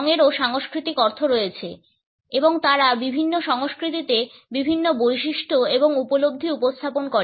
রঙেরও সাংস্কৃতিক অর্থ রয়েছে এবং তারা বিভিন্ন সংস্কৃতিতে বিভিন্ন বৈশিষ্ট্য এবং উপলব্ধি উপস্থাপন করে